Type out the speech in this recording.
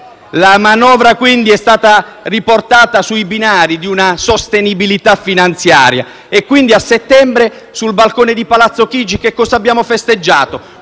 La manovra, quindi, è stata riportata sui binari della sostenibilità finanziaria e allora, a settembre, sul balcone di Palazzo Chigi, che cosa abbiamo festeggiato?